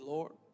Lord